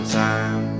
time